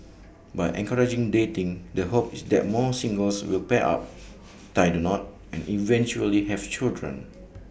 by encouraging dating the hope is that more singles will pair up tie the knot and eventually have children